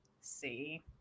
see